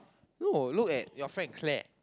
no look at your friend Claire